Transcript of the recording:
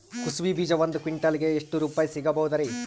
ಕುಸಬಿ ಬೀಜ ಒಂದ್ ಕ್ವಿಂಟಾಲ್ ಗೆ ಎಷ್ಟುರುಪಾಯಿ ಸಿಗಬಹುದುರೀ?